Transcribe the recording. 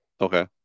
Okay